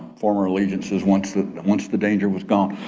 former allegiances once the once the danger was gone.